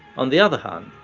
on the other hand,